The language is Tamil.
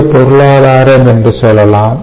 இந்திய பொருளாதாரம் என்று சொல்லலாம்